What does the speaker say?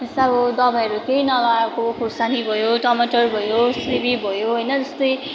जस्तै अब दबाईहरू केही नलगाएको खोर्सानी भयो टमाटर भयो सिमी भयो होइन जस्तै